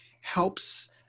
helps